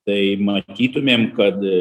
tai matytumėm kad